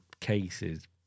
cases